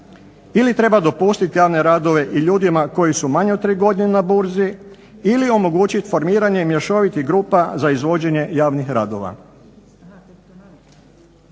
ili treba dopustit javne radove i ljudima koji su manje od 3 godine na burzi ili omogućit formiranje mješovitih grupa za izvođenje javnih radova.